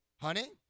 Honey